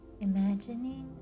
Imagining